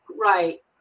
Right